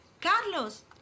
Carlos